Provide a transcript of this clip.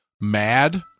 mad